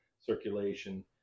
circulation